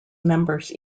members